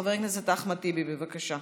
חבר הכנסת אחמד טיבי, בבקשה.